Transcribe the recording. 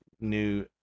new